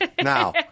Now